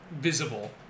visible